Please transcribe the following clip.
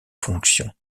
fonctions